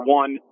one